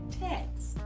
text